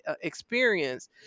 experience